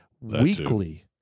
weekly